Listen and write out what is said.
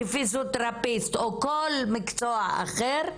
כפיזיותרפיסט או כל מקצוע אחר,